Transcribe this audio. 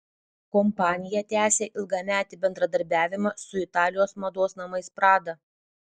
kompanija tęsia ilgametį bendradarbiavimą su italijos mados namais prada